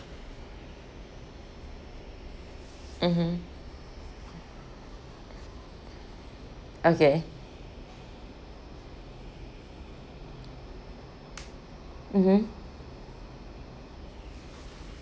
mmhmm okay mmhmm